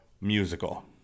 Musical